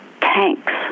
Tanks